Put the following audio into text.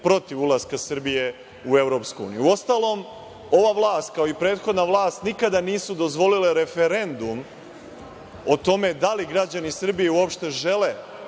protiv ulaska Srbije u Evropsku uniju. Uostalom, ova vlast, kao i prethodna vlast, nikada nisu dozvolile referendum o tome da li građani Srbije uopšte žele